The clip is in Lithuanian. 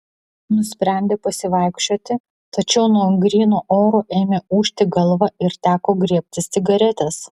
nusprendė pasivaikščioti tačiau nuo gryno oro ėmė ūžti galva ir teko griebtis cigaretės